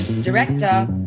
director